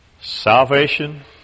Salvation